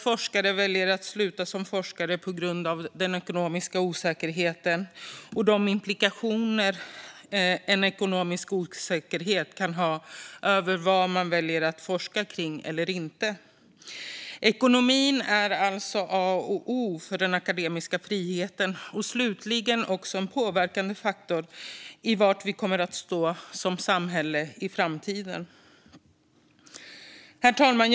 Forskare väljer att sluta som forskare på grund av den ekonomiska osäkerheten och dess implikationer på vad man väljer att forska om och inte. Ekonomin är alltså A och O för den akademiska friheten och dessutom en faktor som påverkar var vi kommer att stå som samhälle i framtiden. Herr talman!